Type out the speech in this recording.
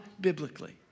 biblically